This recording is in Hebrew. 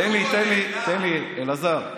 תן לי, אלעזר.